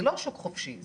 זה לא שוק חופשי,